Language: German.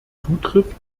zutrifft